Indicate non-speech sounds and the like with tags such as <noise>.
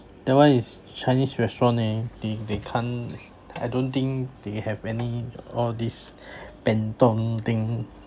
that one is chinese restaurant eh they they can't I don't think they have any all these <breath> pian tong thing